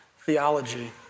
theology